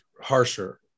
harsher